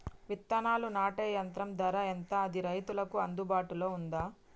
విత్తనాలు నాటే యంత్రం ధర ఎంత అది రైతులకు అందుబాటులో ఉందా?